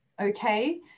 okay